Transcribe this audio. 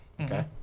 Okay